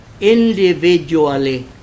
individually